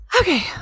Okay